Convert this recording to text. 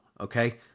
Okay